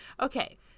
okay